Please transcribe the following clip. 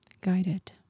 guided